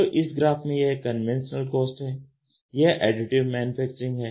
तो इस ग्राफ़ में यह कन्वेंशनल कॉस्ट है यह एडिटिव मैन्युफैक्चरिंग है